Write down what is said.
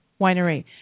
Winery